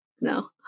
no